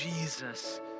Jesus